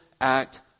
act